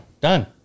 Done